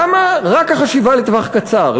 למה רק החשיבה לטווח קצר?